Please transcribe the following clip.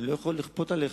אבל אני לא יכול לכפות עליך: